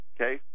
okay